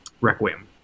Requiem